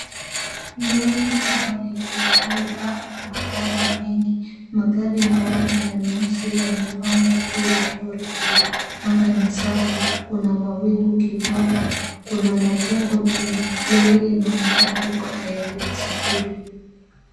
Lori kubwa lililobeba magari mengi. Magari meupe na meusi yamepangwa juu ya lori hilo. Anga ni safi. Kuna mawingu kidogo. Kuna majengo nyuma. Lori linaonekana liko tayari kusafiri.